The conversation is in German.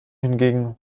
hingegen